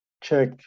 check